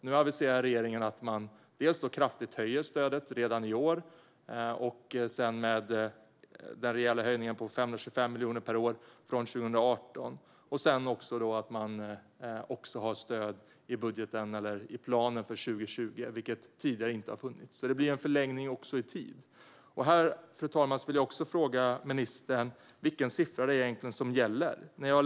Nu aviserar regeringen att man höjer stödet kraftigt redan i år, och sedan kommer den rejäla höjningen med 525 miljoner per år från 2018. Man har också stöd i budgeten eller planen för 2020, vilket tidigare inte har funnits. Det blir alltså en förlängning också i tid. Fru talman! Jag vill också fråga ministern vilken siffra som gäller egentligen.